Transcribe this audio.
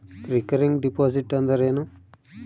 Recurring deposit ಅಂದರೇನು?